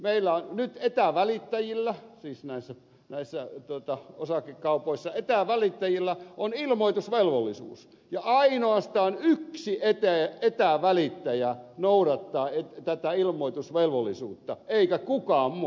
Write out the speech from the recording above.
meillä on nyt etävälittäjillä siis näissä osakekaupoissa etävälittäjillä ilmoitusvelvollisuus ja ainoastaan yksi etävälittäjä noudattaa tätä ilmoitusvelvollisuutta eikä kukaan muu